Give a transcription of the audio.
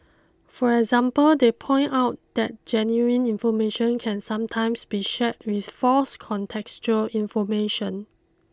for example they point out that genuine information can sometimes be shared with false contextual information